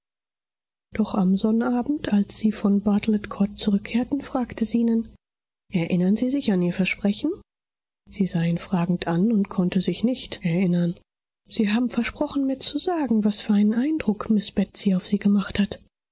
doch am sonnabend als sie von bartelet court zurückkehrten fragte zenon erinnern sie sich an ihr versprechen sie sah ihn fragend an und konnte sich nicht erinnern sie haben versprochen mir zu sagen was für einen eindruck miß betsy auf sie gemacht hat